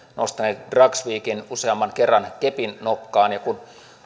nostanut dragsvikin useamman kerran kepin nokkaan ja kun